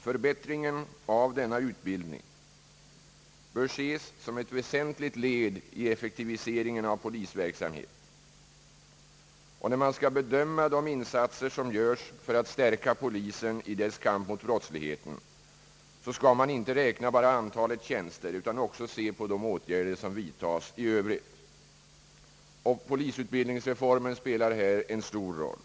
Förbättringen av denna utbildning bör ses som ett väsentligt led i ef fektiviseringen av polisverksamheten. När man skall bedöma de insatser som har gjorts för att stärka polisen i dess kamp mot brottsligheten, skall man inte bara räkna antalet tjänster utan också se på de åtgärder som i övrigt har vidtagits. Polisutbildningsreformen spelar här en stor roll.